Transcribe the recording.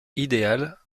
idéal